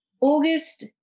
August